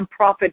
nonprofit